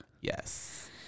Yes